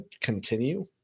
continue